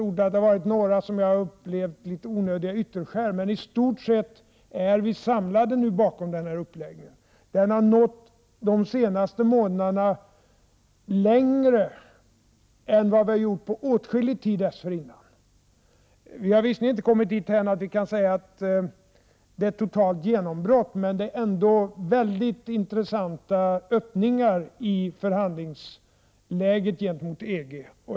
Jag har använt ord som att jag upplevt några onödiga ytterskär, men i stort sett är vi nu samlade bakom denna uppläggning. De senaste månaderna har vi nått längre än på åtskillig tid dessförinnan. Vi har visserligen inte kommit dithän att vi kan tala om ett totalt genombrott, men det är ändå väldigt intressanta öppningar i förhandlingsläget gentemot EG.